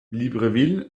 libreville